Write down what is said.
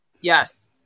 Yes